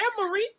memory